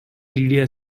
lydia